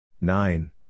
nine